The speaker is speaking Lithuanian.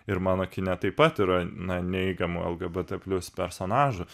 ir mano kine taip pat yra na neigiamo lgbt plius personažas